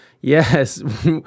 Yes